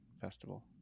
festival